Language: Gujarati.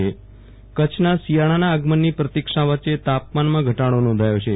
વિરલ રાણા હવામાન કચ્છના શીયાળાના આગમનની પ્રતિક્ષા વચ્ચે તાપમાનમાં ઘટાડો નોંધાયો છે